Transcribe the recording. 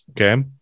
Okay